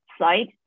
site